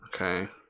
Okay